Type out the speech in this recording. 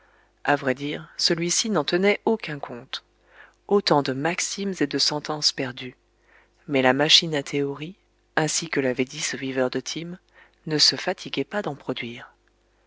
a vrai dire celui-ci n'en tenait aucun compte autant de maximes et de sentences perdues mais la machine à théories ainsi que l'avait dit ce viveur de tim ne se fatiguait pas d'en produire